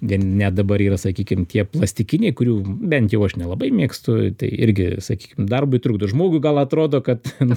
net dabar yra sakykim tie plastikiniai kurių bent jau aš nelabai mėgstu tai irgi sakykim darbui trukdo žmogui gal atrodo kad